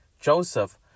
Joseph